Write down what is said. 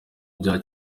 bya